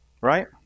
Right